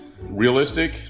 Realistic